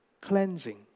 cleansing